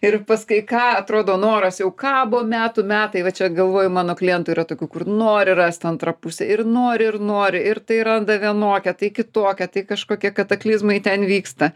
ir pas kai ką atrodo noras jau kabo metų metai va čia galvoju mano klientų yra tokių kur nori rast antrą pusę ir nori ir nori ir tai randa vienokią tai kitokią tai kažkokie kataklizmai ten vyksta